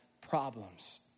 problems